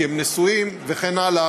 כי הם נשואים וכן הלאה,